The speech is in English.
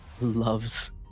loves